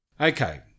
Okay